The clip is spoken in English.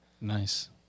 Nice